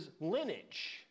lineage